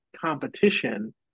competition